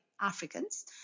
Africans